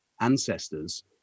ancestors